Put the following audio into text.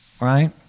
Right